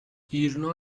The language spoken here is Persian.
ایرنا